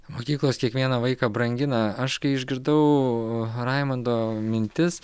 mokyklos kiekvieną vaiką brangina aš kai išgirdau raimundo mintis